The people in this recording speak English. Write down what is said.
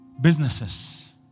businesses